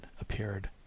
appeared